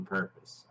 purpose